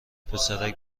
پسرک